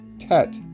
Tet